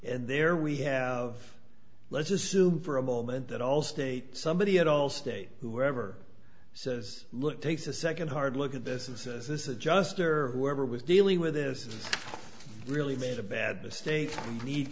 and there we have let's assume for a moment that allstate somebody at allstate whoever says look takes a second hard look at this it says this adjuster whoever was dealing with this really made a bad mistake